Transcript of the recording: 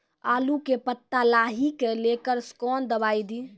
आलू के पत्ता लाही के लेकर कौन दवाई दी?